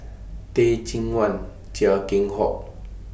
Teh Cheang Wan Chia Keng Hock